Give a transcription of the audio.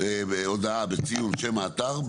שם האתר,